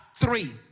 three